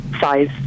size